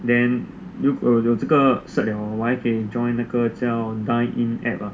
then 如果有这个 cert liao 我还可以 join 那个叫 dine in app lah